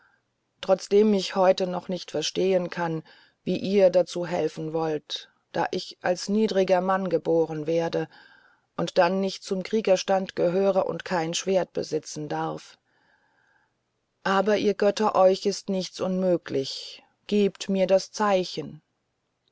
trotzdem ich heute noch nicht verstehen kann wie ihr dazu helfen wollt da ich als niedriger mann wieder geboren werde und dann nicht zum kriegerstand gehöre und kein schwert besitzen darf aber ihr götter euch ist nichts unmöglich gebt mir das zeichen